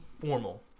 formal